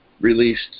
released